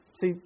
See